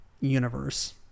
universe